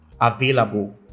available